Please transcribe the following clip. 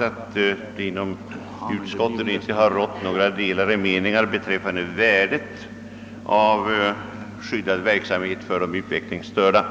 att det inom utskottet inte rått några delade meningar beträffande värdet av skyddad verksamhet för de utvecklingsstörda.